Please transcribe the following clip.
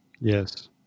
Yes